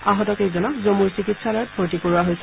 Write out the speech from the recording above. আহতকেইজনক জম্মূৰ চিকিৎসালয়ত ভৰ্তি কৰোৱা হৈছে